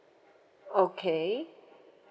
okay